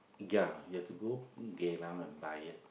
ya you have to go Geylang and buy it